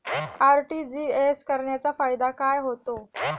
RTGS करण्याचा फायदा काय होतो?